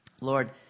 Lord